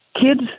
kids